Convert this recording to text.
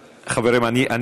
רגע, אני